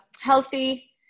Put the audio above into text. healthy